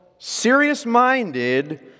Serious-minded